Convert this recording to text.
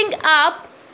up